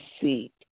seek